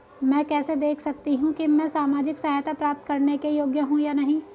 मैं कैसे देख सकती हूँ कि मैं सामाजिक सहायता प्राप्त करने के योग्य हूँ या नहीं?